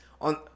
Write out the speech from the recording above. on